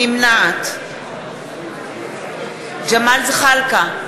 נמנעת ג'מאל זחאלקה,